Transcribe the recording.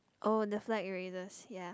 oh the flag raisers ya